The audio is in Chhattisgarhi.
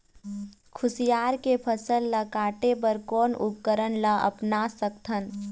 कुसियार के फसल ला काटे बर कोन उपकरण ला अपना सकथन?